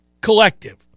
collective